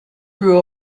grew